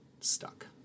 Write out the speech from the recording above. stuck